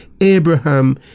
Abraham